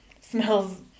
smells